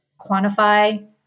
quantify